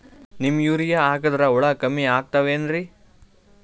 Neem urea ಹಾಕದ್ರ ಹುಳ ಕಮ್ಮಿ ಆಗತಾವೇನರಿ?